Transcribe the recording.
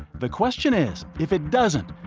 the question is, if it doesn't,